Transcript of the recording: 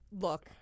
look